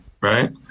right